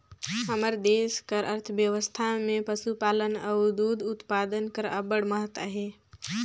हमर देस कर अर्थबेवस्था में पसुपालन अउ दूद उत्पादन कर अब्बड़ महत अहे